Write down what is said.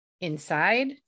inside